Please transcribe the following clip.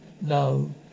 No